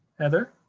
heather?